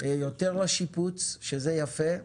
יותר לשיפוץ, שזה יפה,